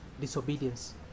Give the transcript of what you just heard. disobedience